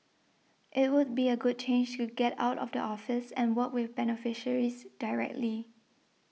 it would be a good change to get out of the office and work with beneficiaries directly